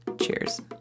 Cheers